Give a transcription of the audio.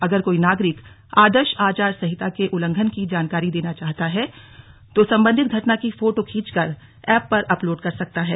अगर कोई नागरिक आदर्श आचार संहिता के उल्लंघन की जानकारी देना चाहता है तो संबंधित घटना की फोटो खींचकर ऐप पर अपलोड की जा सकती है